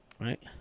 Right